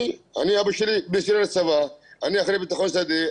אני אחרי ביטחון שדה,